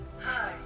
Hi